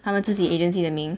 他们自己 agency 的名